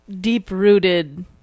deep-rooted